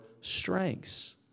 strengths